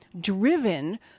driven